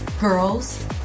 girls